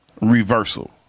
reversal